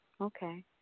Okay